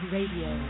Radio